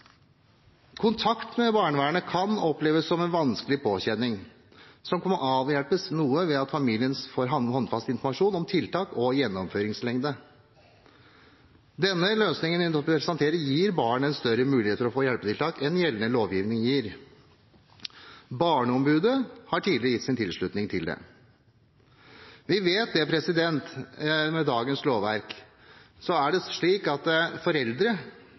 Kontakt med barnevernet kan oppleves som en vanskelig påkjenning, som kan avhjelpes noe ved at familien får håndfast informasjon om tiltak og gjennomføringslengde. Den løsningen vi nå presenterer, gir barnet større mulighet for å få hjelpetiltak enn gjeldende lovgivning gir, og Barneombudet har gitt sin tilslutning til det. Vi vet at med dagens lovverk er det slik at foreldre